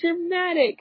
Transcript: dramatic